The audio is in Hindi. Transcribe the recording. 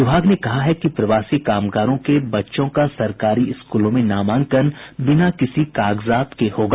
विभाग ने कहा कि प्रवासी कामगारों के बच्चों का सरकारी स्कूल में नामांकन बिना किसी कागजात के होगा